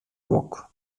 rock